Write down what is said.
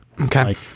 Okay